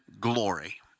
glory